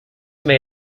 may